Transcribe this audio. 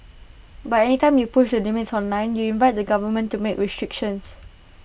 but any time you push the limits online you invite the government to make restrictions